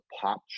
pop